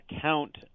count